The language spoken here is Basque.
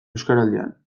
euskaraldian